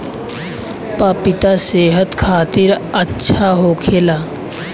पपिता सेहत खातिर अच्छा होखेला